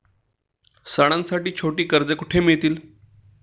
सणांसाठी छोटी कर्जे कुठे मिळतील?